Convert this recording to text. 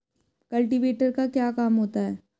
Cultivator का क्या काम होता है?